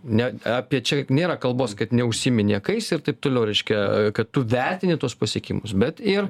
ne apie čia nėra kalbos kad neužsiimi niekais ir taip toliau reiškia kad tu vertini tuos pasiekimus bet ir